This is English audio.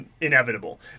inevitable